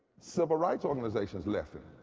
civil rights organizations left him.